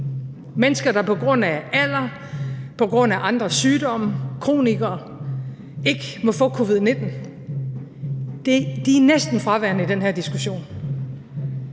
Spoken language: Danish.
mennesker, der på grund af alder, på grund af andre sygdomme, kronikere, ikke må få covid-19. De er næsten fraværende i den her diskussion.